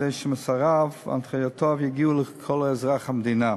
כדי שמסריו והנחיותיו יגיעו לכל אזרחי המדינה.